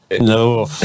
no